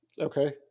Okay